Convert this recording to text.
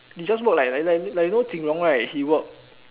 you just work like like like you you know Jin-Rong right he work